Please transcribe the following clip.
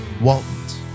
Waltons